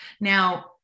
Now